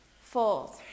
Fold